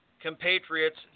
compatriots